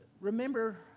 remember